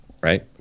right